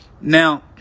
Now